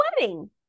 wedding